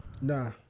nah